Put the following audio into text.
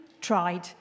tried